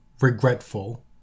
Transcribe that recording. regretful